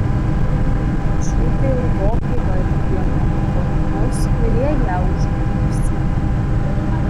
eirošiūtė ilgokai vardijo nepatogumus kurie ją užgriūsią